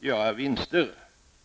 göra vinster.